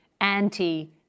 anti